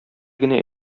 генә